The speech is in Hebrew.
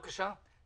בבקשה.